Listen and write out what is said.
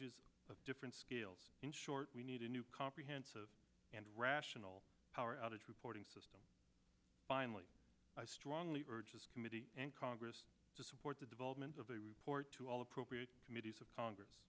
of different scales in short we need a new comprehensive and rational power outage reporting system finally i strongly urge this committee and congress to support the developments of the report to all appropriate committees of congress